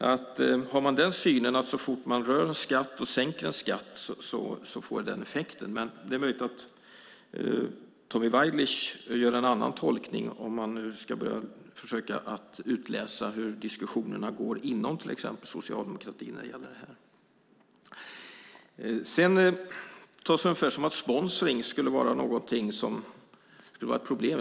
Man kan förstås ha synen att det alltid blir en försämring så fort man sänker en skatt, men det är möjligt att Tommy Waidelich gör en annan tolkning, om jag nu ska försöka utläsa hur diskussionerna går inom socialdemokratin i den här frågan. Sedan verkar man tycka att sponsring är ett problem.